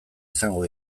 izango